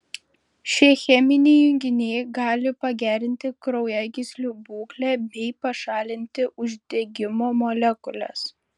šie cheminiai junginiai gali pagerinti kraujagyslių būklę bei pašalinti uždegimo molekules